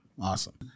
Awesome